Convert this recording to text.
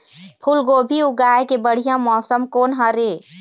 फूलगोभी उगाए के बढ़िया मौसम कोन हर ये?